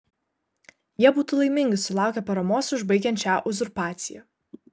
jie būtų laimingi sulaukę paramos užbaigiant šią uzurpaciją